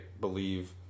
believe